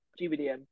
gbdm